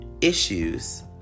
issues